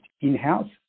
in-house